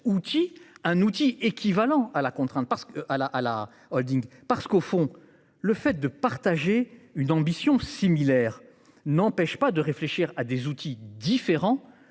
un outil équivalent à la holding. En effet, partager une ambition similaire n'empêche pas de réfléchir à des outils différents